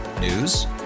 News